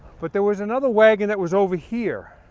but there was another wagon that was over here